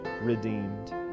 redeemed